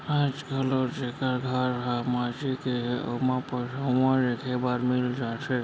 आज घलौ जेकर घर ह माटी के हे ओमा पटउहां देखे बर मिल जाथे